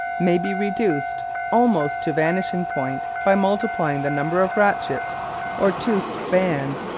may be reduced almost to vanishing point by multiplying the number of ratchets or toothed bands,